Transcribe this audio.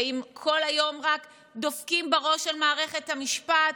ואם כל היום רק דופקים בראש על מערכת המשפט